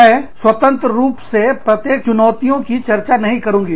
मैं स्वतंत्र रूप से प्रत्येक चुनौतियों की चर्चा नहीं करूंगी